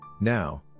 Now